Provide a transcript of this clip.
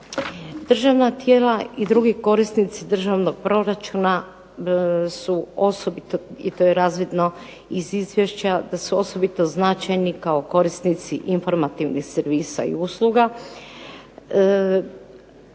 Državna tijela i drugi korisnici državnog proračuna su osobito, i to je razvidno iz izvješća, da su osobito značajni kao korisnici informativnih servisa i usluga,